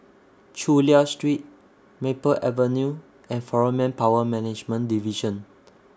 Chulia Street Maple Avenue and Foreign Manpower Management Division